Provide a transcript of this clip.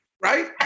right